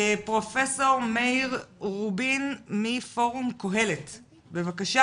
פרופ' מאיר רובין מפורום "קהלת", בבקשה.